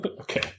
Okay